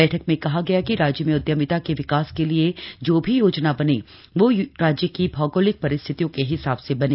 बैठक में कहा गया कि राज्य में उदयमिता के विकास के लिए जो भी योजना बने वो राज्य की औगोलिक परिस्थितियों के हिसाब से बने